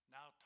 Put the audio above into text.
Now